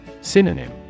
Synonym